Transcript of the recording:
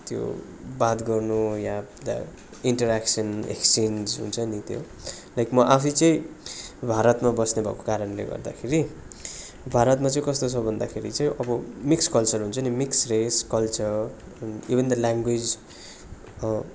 त्यो बात गर्नु या इन्टरेक्सन एक्सचेन्ज हुन्छ नि त्यो लाइक म आफै चाहिँ भारतमा बस्ने भएको कारणले गर्दाखेरि भारतमा चाहिँ कस्तो छ भन्दाखेरि चाहिँ अब मिक्स कल्चर हुन्छ नि mix race culture even the language